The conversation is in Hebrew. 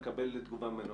נקבל אחר כך תגובה ממנו.